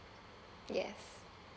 yes